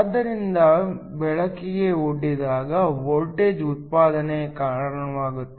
ಆದ್ದರಿಂದ ಬೆಳಕಿಗೆ ಒಡ್ಡಿದಾಗ ವೋಲ್ಟೇಜ್ ಉತ್ಪಾದನೆಗೆ ಕಾರಣವಾಗುತ್ತದೆ